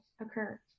occur